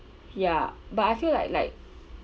ya but I feel like like